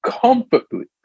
comfortably